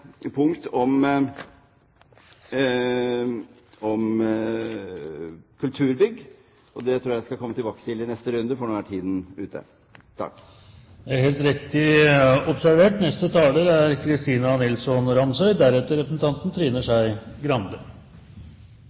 punkt om kulturbygg. Det tror jeg at jeg skal komme tilbake til i neste runde, for nå er tiden ute. Det er helt riktig observert. Dugnadsånd er